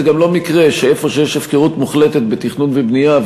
זה גם לא מקרה שאיפה שיש הפקרות מוחלטת בתכנון ובנייה,